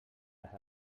les